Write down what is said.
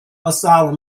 asylum